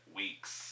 weeks